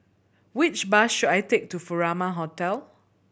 which bus should I take to Furama Hotel